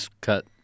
cut